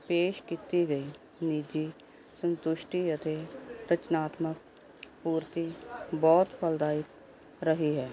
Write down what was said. ਪੇਸ਼ ਕੀਤੀ ਗਈ ਨਿੱਜੀ ਸੰਤੁਸ਼ਟੀ ਅਤੇ ਰਚਨਾਤਮਕ ਪੂਰਤੀ ਬਹੁਤ ਫਲਦਾਇਕ ਰਹੀ ਹੈ